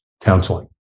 counseling